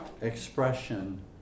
expression